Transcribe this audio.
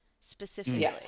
Specifically